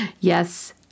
yes